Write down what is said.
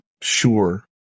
sure